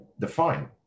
define